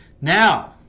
now